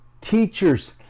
teachers